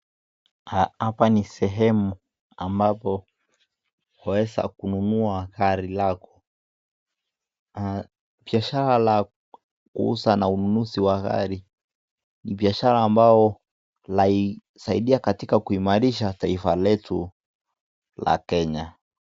Hapa ni sehemu ambapo huweza kununua gari lako biashara la kuuza na ununuzi wa gari ni biashara ambao lasaidia katika kuimarisha taifa letu la Kenya.